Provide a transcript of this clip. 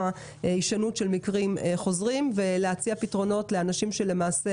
הישנות של מקרים חוזרים ולהציע פתרונות לאנשים שלמעשה